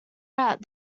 out